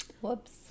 Whoops